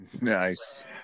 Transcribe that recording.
Nice